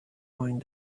mind